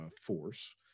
force